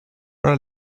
oder